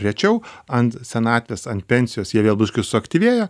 rečiau ant senatvės ant pensijos jie vėl biški suaktyvėja